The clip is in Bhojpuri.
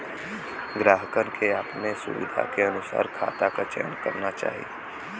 ग्राहकन के अपने सुविधा के अनुसार खाता क चयन करना चाही